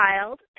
child